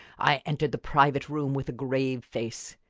i entered the private room with a grave face.